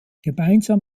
gemeinsam